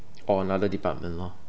or another department lor